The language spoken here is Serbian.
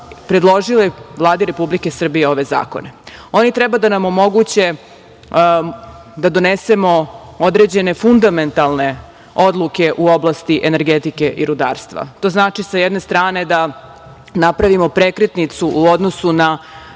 predložili Vlade Republike Srbije ove zakone. Oni treba da nam omoguće da donesemo određene fundamentalne odluke u oblasti energetike i rudarstva. To znači sa jedne strane da napravimo prekretnicu u odnosu na